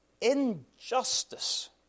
injustice